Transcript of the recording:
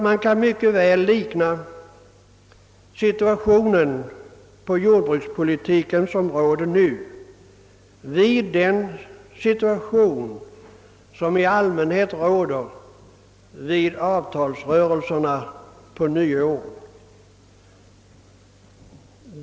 Man kan likna situationen på jordbrukspolitikens område nu vid den situation som i allmänhet råder under avtalsrörelserna på nyåret.